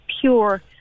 pure